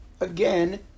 again